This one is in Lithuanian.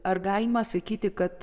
ar galima sakyti kad